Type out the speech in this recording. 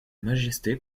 majesté